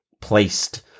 placed